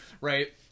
right